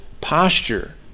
posture